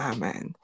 Amen